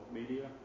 media